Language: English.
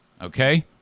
Okay